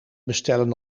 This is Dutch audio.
bestellen